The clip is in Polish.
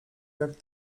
jak